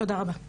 תודה רבה.